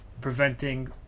preventing